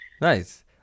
Nice